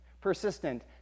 persistent